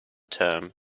term